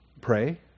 pray